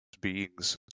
beings